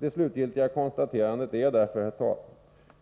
Det slutgiltiga konstaterandet blir därför, herr talman,